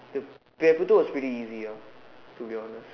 pap~ paper two was pretty easy ah to be honest